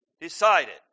decided